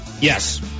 Yes